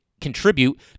contribute